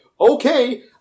okay